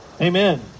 Amen